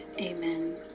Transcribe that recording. Amen